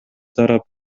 тарап